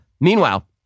Meanwhile